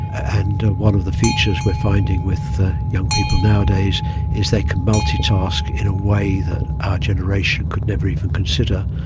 and one of the features we are finding with young people nowadays is they can multitask in a way that our generation could never even consider,